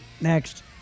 next